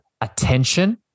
attention